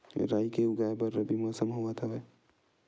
राई के उगाए बर रबी मौसम होवत हवय?